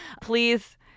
please